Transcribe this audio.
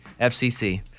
FCC